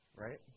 right